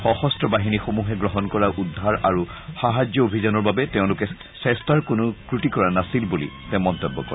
সশস্ত্ৰ বাহিনীসমূহে গ্ৰহণ কৰা উদ্ধাৰ আৰু সাহায্য অভিযানৰ বাবে তেওঁলোকে চেষ্টাৰ কোনো ক্ৰটি কৰা নাছিল বুলি তেওঁ মন্তব্য কৰে